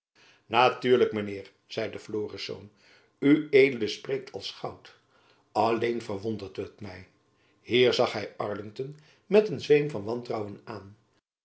mijn heer zeide florisz ued spreekt als goud alleen verwondert het my hier zag hy arlington met een zweem van wantrouwen aan